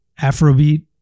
afrobeat